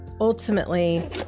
ultimately